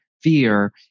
fear